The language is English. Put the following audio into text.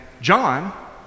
John